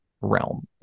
realm